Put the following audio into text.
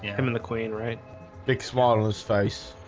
him in the queen right big smile on his face